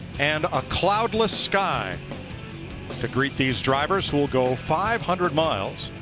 and a cloudless sky to great these drivers will go five hundred miles.